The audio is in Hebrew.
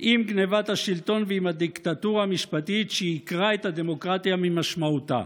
עם גנבת השלטון ועם הדיקטטורה המשפטית שעיקרה את הדמוקרטיה ממשמעותה.